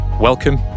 Welcome